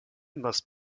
must